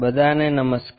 બધા ને નમસ્કાર